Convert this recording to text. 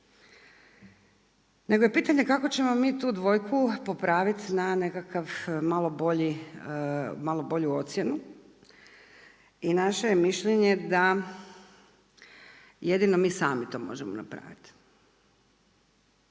nego je pitanje kako ćemo mi tu dvojku popraviti na nekakav malo bolju ocjenu i naše je mišljenje jedino mi sami to možemo napraviti.